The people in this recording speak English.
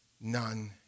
none